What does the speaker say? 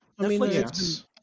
Netflix